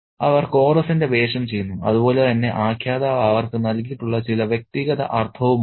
അവർ കോറസിന്റെ വേഷം ചെയ്യുന്നു അതുപോലെ തന്നെ ആഖ്യാതാവ് അവർക്ക് നൽകിയിട്ടുള്ള ചില വ്യക്തിഗത അർത്ഥവുമുണ്ട്